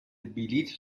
بلیط